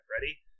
Ready